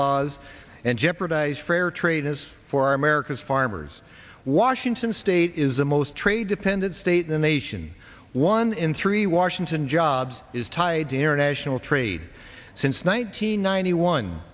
laws and jeopardize fair trade has for america's farmers washington state is the most trade dependent state the nation one in three washington jobs is tied to international trade since one nine hundred ninety one